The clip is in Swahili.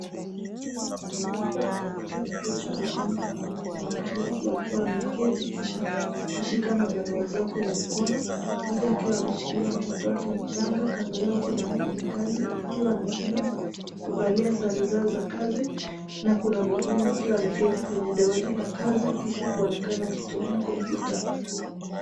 Hapa ni katika kituo cha huduma ambapo kuna watu wengi wakiwa wameketi kisha kushika mabarua zao kwenye mkono. Mmoja akiwa amemshikilia mtoto wake mchanga. Kando yao kuna mfanyikazi akiwa amesimama kuvalia sare zao za kazi na kuna mwingine akiwa ameketi kwenye dawati la kazi kisha kuonekana akitumia kompyuta.